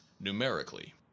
numerically